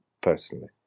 Personally